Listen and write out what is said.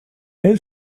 elle